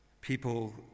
people